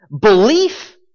Belief